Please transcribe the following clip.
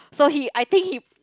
so he I think he